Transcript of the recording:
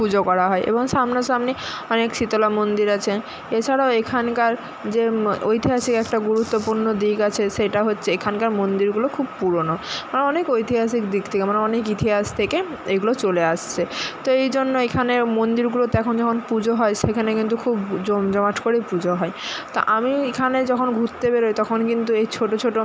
পুজো করা হয় এবং সামনা সামনি অনেক শীতলা মন্দির আছে এছাড়াও এখানকার যে ঐতিহাসিক একটা গুরুত্বপূর্ণ দিক আছে সেটা হচ্ছে এখানকার মন্দিরগুলো খুব পুরোনো আর অনেক ঐতিহাসিক দিক দিয়ে আমরা অনেক ইতিহাস থেকে এইগুলো চলে আসছে তো এই জন্য এখানের মন্দিরগুলোতে এখন যখন পুজো হয় সেখানে কিন্তু খুব জমজমাট করেই পুজো হয় তা আমিও এখানে যখন ঘুরতে বেরোই তখন কিন্তু এই ছোটো ছোটো